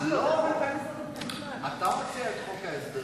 אתה מציע את חוק ההסדרים.